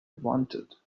wanted